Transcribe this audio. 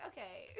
Okay